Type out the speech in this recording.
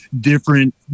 different